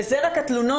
וזה רק התלונות.